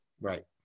Right